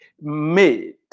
made